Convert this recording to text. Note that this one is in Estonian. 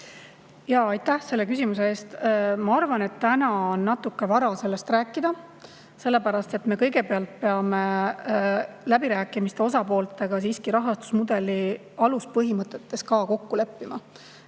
Aitäh selle küsimuse eest! Ma arvan, et täna on natuke vara sellest rääkida. Me kõigepealt peame läbirääkimiste osapooltega siiski rahastusmudeli aluspõhimõtetes kokku leppima.